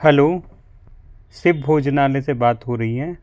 hello Shiv Bhojanalaya से बात हो रही हैं